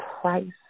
price